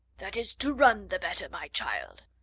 that is to run the better, my child.